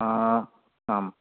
आम्